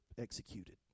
executed